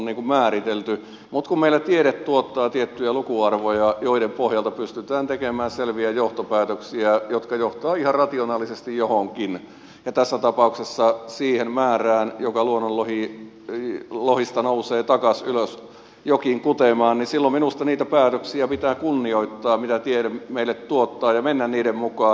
mutta kun meillä tiede tuottaa tiettyjä lukuarvoja joiden pohjalta pystytään tekemään selviä johtopäätöksiä jotka johtavat ihan rationaalisesti johonkin ja tässä tapauksessa siihen määrään joka luonnonlohista nousee takaisin ylös jokiin kutemaan niin silloin minusta niitä päätöksiä pitää kunnioittaa mitä tiede meille tuottaa ja mennä niiden mukaan